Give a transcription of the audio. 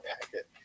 packet